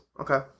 Okay